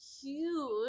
huge